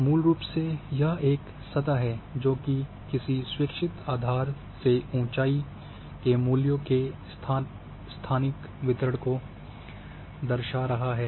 मूल रूप से यह एक सतह है जोकि किसी स्वेछित आधार से ऊंचाई के मूल्यों के स्थानिक वितरण को दर्शा रहा है